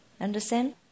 understand